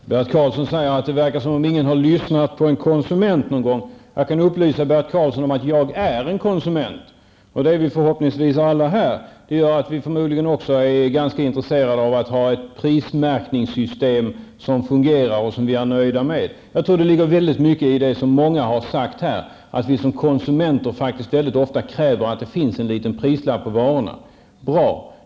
Fru talman! Bert Karlsson säger att det verkar som om ingen har lyssnat på någon konsument någon gång. Jag kan upplysa Bert Karlsson om att jag är en konsument. Det är förhoppningsvis alla här. Det gör att vi förmodligen är ganska intresserade av ett prismärkningssystem som fungerar och som vi är nöjda med. Jag tror att det ligger mycket i det som många har sagt här, nämligen att vi som konsumenter faktiskt ofta kräver att det finns en liten prislapp på varorna. Bra!